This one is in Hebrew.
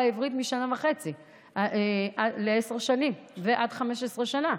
העברית משנה וחצי לעשר שנים ועד 15 שנה.